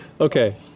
Okay